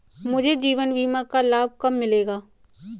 मुझे जीवन बीमा का लाभ कब मिलेगा?